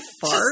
fart